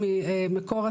משמעותית שתיכנס עוד השנה,